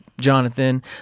jonathan